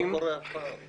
לי זה לא קורה אף פעם.